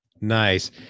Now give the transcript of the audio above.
Nice